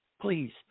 please